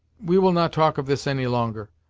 we will not talk of this any longer.